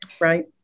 right